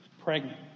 pregnant